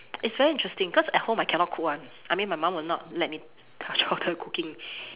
it's very interesting cause at home I cannot cook [one] I mean my mum would not let me touch water cooking